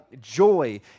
joy